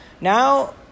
Now